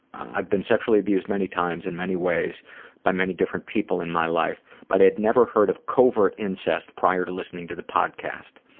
i've been sexually abused many times, in many ways by many different people in my life but had never heard of covert incest prior to listening to the podcast.